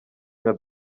nka